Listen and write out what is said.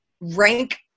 rank